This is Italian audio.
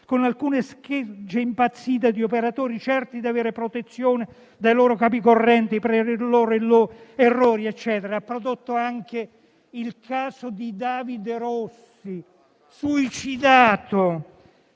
con alcune schegge impazzite di operatori certi di avere protezione dai loro capi corrente per i loro errori, ha prodotto anche il caso di David Rossi, suicidato,